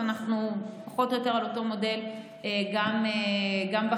אנחנו פחות או יותר באותו מודל גם בחינוך.